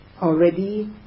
already